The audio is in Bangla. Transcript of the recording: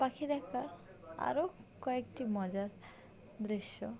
পাখি দেখার আরও কয়েকটি মজার দৃশ্য